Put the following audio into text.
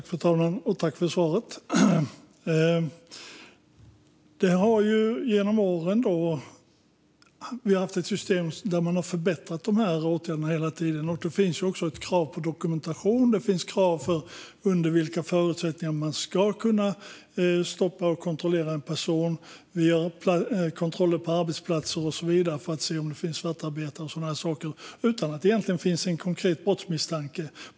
Fru talman! Jag tackar för svaret. Genom åren har det funnits ett system där åtgärderna har förbättrats. Det finns också krav på dokumentation, och det finns krav som styr under vilka förutsättningar man kan stoppa och kontrollera en person. Det sker kontroller på arbetsplatser för att se om det finns svartarbetare och så vidare utan att det finns en konkret brottsmisstanke.